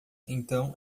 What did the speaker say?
então